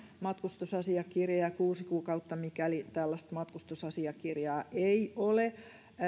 matkustusasiakirja ja kuusi kuukautta mikäli tällaista matkustusasiakirjaa ei ole